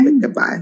goodbye